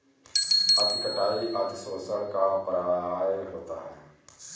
अति कटाई अतिशोषण का पर्याय होता है